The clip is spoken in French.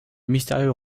mystérieux